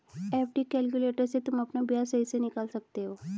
FD calculator से तुम अपना ब्याज सही से निकाल सकते हो